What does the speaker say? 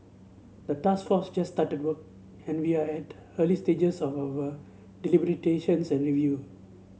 the task force just started work and we are at early stages of our deliberations and review